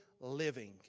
living